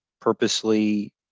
purposely